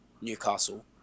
Newcastle